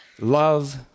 love